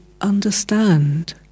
understand